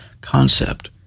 concept